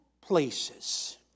places